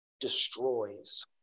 destroys